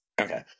Okay